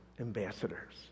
ambassadors